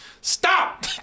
Stop